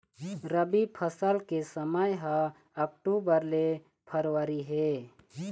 रबी फसल के समय ह अक्टूबर ले फरवरी हे